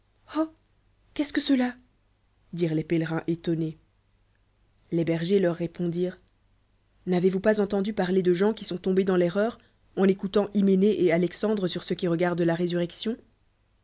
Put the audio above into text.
ce que cela dirent les pèlerins étonnés les bergers leur répondirent n'avez-vous pas entendu parler de gens qui sont tombés dans l'erreur en écoutant hyménée et alexandre sur ce qui regarde la résurrection